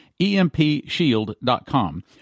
EMPShield.com